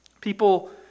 People